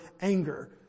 anger